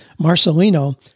Marcelino